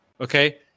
Okay